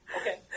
Okay